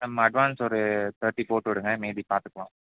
ஆமா அட்வான்ஸ் ஒரு தேர்ட்டி போட்டுவிடுங்க மீதி பார்த்துக்கலாம்